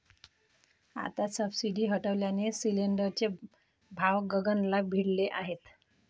आता सबसिडी हटवल्याने सिलिंडरचे भाव गगनाला भिडले आहेत